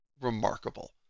remarkable